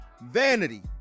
vanity